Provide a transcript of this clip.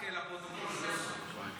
רק לפרוטוקול, זה לא סוד.